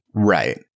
Right